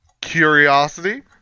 Curiosity